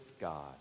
God